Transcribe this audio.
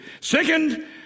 second